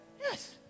Yes